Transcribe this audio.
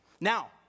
Now